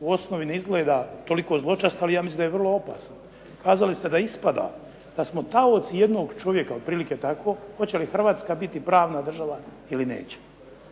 u osnovi ne izgleda toliko zločest, ali ja mislim da je vrlo opasan. Kazali ste da ispada da smo taoci jednog čovjeka, otprilike tako, hoće li Hrvatska biti pravna država ili neće.